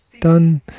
done